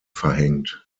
verhängt